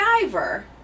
diver